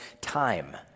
time